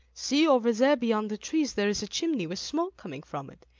see, over there beyond the trees, there is a chimney with smoke coming from it.